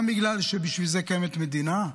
גם בגלל שבשביל זה קיימת מדינה,